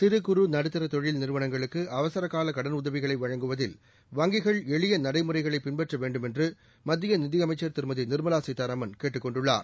சிறு குறு நடுத்தர தொழில் நிறுவனங்களுக்கு அவசர கால கடன் உதவிகளை வழங்குவதில் வங்கிகள் எளிய நடைமுறைகளை பின்பற்ற வேண்டும் என்று மத்திய நிதியமைச்சர் திருமதி நிர்மலா சீதாராமன் கேட்டுக் கொண்டுள்ளார்